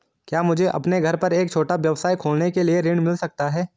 क्या मुझे अपने घर पर एक छोटा व्यवसाय खोलने के लिए ऋण मिल सकता है?